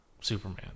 Superman